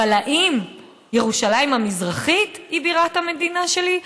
אבל האם ירושלים המזרחית היא בירת המדינה שלי?